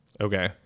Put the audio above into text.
Okay